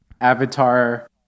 avatar